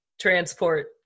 transport